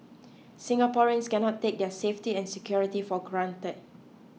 Singaporeans cannot take their safety and security for granted